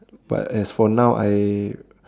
but as for now I